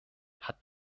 hat